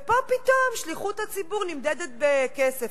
ופה פתאום, שליחות הציבור נמדדת בכסף.